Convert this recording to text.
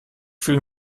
fühle